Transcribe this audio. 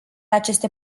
aceste